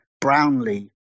Brownlee